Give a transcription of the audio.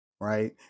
right